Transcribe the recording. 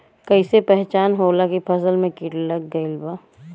कैसे पहचान होला की फसल में कीट लग गईल बा?